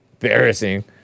Embarrassing